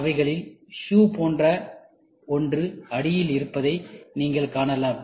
அவைகளில் ஷூ போன்ற ஒன்று அடியில் இருப்பதை நீங்கள் காணலாம்